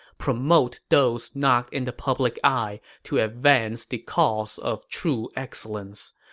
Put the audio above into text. promote those not in the public eye to advance the cause of true excellence.